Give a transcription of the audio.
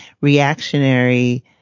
reactionary